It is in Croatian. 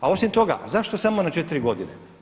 A osim toga zašto samo na 4 godine?